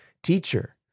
Teacher